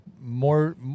more